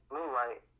Moonlight